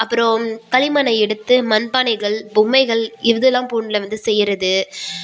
அப்புறம் களிமண்ணை எடுத்து மண் பானைகள் பொம்மைகள் இதுலாம் போன்ல வந்து செய்யறது